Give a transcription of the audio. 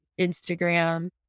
Instagram